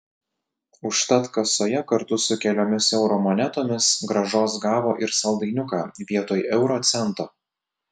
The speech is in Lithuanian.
užtat kasoje kartu su keliomis eurų monetomis grąžos gavo ir saldainiuką vietoj euro cento